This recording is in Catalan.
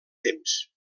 temps